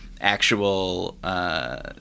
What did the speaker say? actual